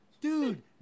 dude